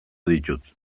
ditut